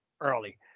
early